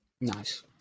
Nice